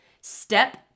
Step